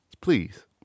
Please